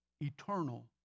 eternal